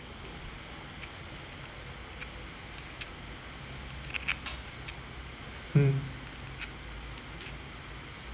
mm